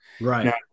Right